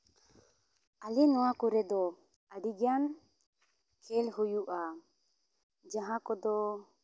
ᱟᱞᱮ ᱱᱚᱣᱟ ᱠᱚᱨᱮᱜ ᱫᱚ ᱟᱹᱰᱤ ᱜᱟᱱ ᱠᱷᱮᱞ ᱦᱩᱭᱩᱜᱼᱟ ᱡᱟᱦᱟᱸ ᱠᱚᱫᱚ